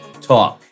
Talk